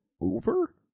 over